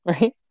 right